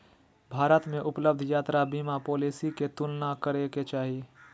भारत में उपलब्ध यात्रा बीमा पॉलिसी के तुलना करे के चाही